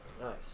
Nice